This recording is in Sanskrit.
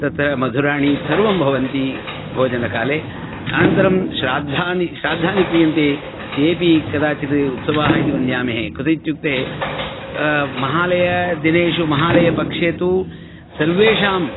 तत्र मधुराणि सर्वं भवन्ति भोजनकाले अनन्तरं श्राद्धानि श्राद्धानि क्रियन्ते तेपि कदाचित् उत्सवाः इति मन्यामेहे कुत इत्युक्ते महालयदिनेषु महालयपक्षे तु सर्वेषां